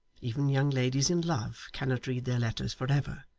even young ladies in love cannot read their letters for ever.